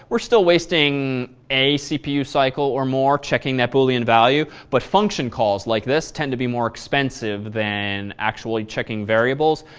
we're still wasting a cpu cycle or more checking that boolean value. but function calls like this tend to be more expensive than actually checking variables.